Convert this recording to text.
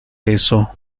eso